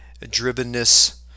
drivenness